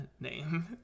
name